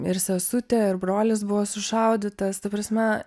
ir sesutė ir brolis buvo sušaudytas ta prasme